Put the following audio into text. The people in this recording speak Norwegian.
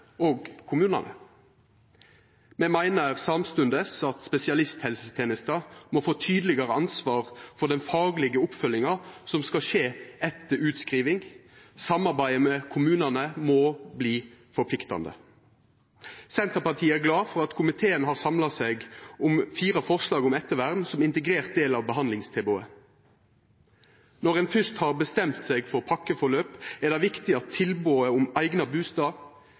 og kommunene. Vi mener samtidig at spesialisthelsetjenesten må få tydeligere ansvar for den faglige oppfølgingen som skal skje etter utskriving – samarbeidet med kommunene må bli forpliktende. Senterpartiet er glad for at komiteen har samlet seg om fire forslag om ettervern som en integrert del av behandlingstilbudet. Når en først har bestemt seg for pakkeforløp, er det viktig at tilbudet om